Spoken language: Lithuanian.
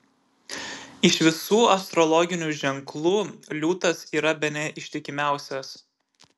iš visų astrologinių ženklų liūtas yra bene ištikimiausias